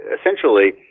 essentially